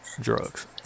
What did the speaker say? Drugs